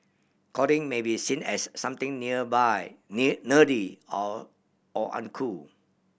coding may be seen as something nearby near nerdy or or uncool